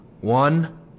one